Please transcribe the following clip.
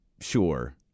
Sure